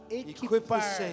equipar